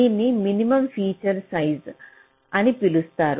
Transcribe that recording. దీన్ని minimum feature size అని పిలుస్తారు